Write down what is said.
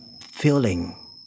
feeling